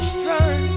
sun